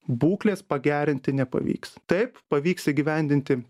būklės pagerinti nepavyks taip pavyks įgyvendinti